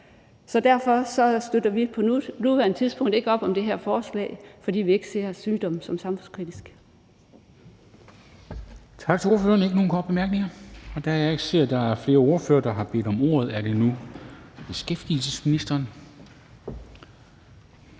Derfor støtter vi på nuværende tidspunkt ikke op om det her forslag, fordi vi ikke ser sygdommen som samfundskritisk.